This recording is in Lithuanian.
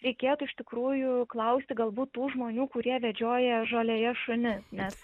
reikėtų iš tikrųjų klausti galbūt tų žmonių kurie vedžioja žolėje šunis nes